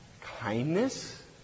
kindness